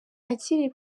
akiri